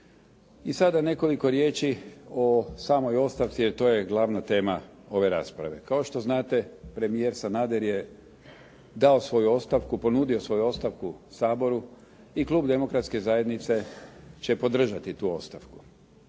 I sada nekoliko riječi o samoj ostavci jer to je glavna tema ove rasprave. Kao što znate, premijer Sanader je dao svoju ostavku, ponudio svoju ostavku Saboru i Klub demokratske zajednice će podržati tu ostavku.